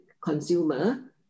consumer